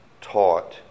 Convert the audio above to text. taught